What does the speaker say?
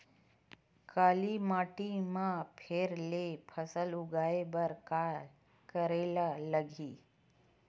काली माटी म फेर ले फसल उगाए बर का करेला लगही?